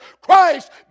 Christ